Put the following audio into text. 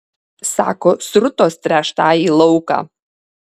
sako srutos tręš tąjį lauką